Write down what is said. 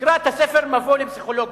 תקרא את הספר "מבוא לפסיכולוגיה".